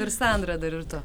ir sandra dar ir tu